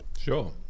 Sure